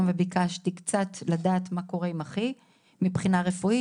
וביקשתי לדעת מה קורה עם אחי מבחינה רפואית,